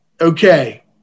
Okay